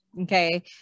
okay